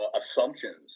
assumptions